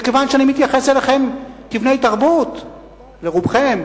וכיוון שאני מתייחס אליכם כאל בני תרבות, לרובכם,